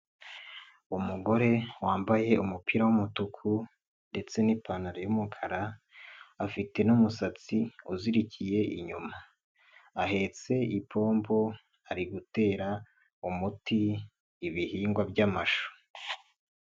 Umugore wambaye umupira w'umutuku ndetse n'ipantaro y'umukara, afite n'umusatsi uzirikiye inyuma. Ahetse ipombo ari gutera umuti ibihingwa by'amashu.